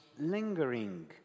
lingering